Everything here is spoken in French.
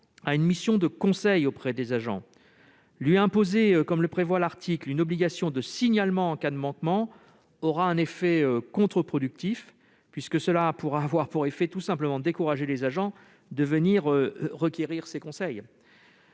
a une mission de conseil auprès des agents. Lui imposer, comme le prévoit l'article, une obligation de signalement en cas de manquement aura un effet contre-productif, puisque cela pourrait tout simplement décourager les agents de venir requérir ses conseils.